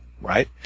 right